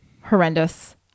Horrendous